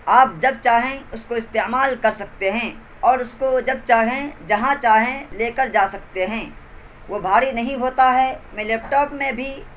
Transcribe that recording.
آپ جب چاہیں اس کو استعمال کر سکتے ہیں اور اس کو جب چاہیں جہاں چاہیں لے کر جا سکتے ہیں وہ بھاری نہیں ہوتا ہے میں لیپ ٹاپ میں بھی